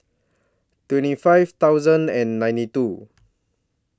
twenty five thousand and ninety two